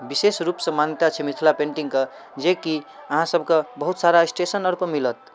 विशेष रूप सँ मान्यता छै मिथिला पेन्टिंगके जेकी अहाँ सबके बहुत सारा स्टेशन आओर पर मिलत